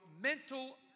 mental